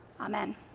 Amen